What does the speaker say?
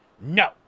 no